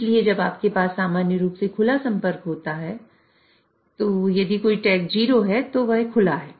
इसलिए जब आपके पास सामान्य रूप से खुला संपर्क होता है यदि कोई टैग 0 है तो वह खुला है